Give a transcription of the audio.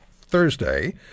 Thursday